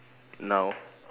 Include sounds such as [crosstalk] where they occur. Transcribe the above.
now [noise]